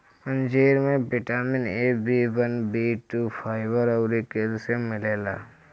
अंजीर में vitamin A, B one, B two, fibre अउरी कैल्शियम मिलेला